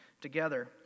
together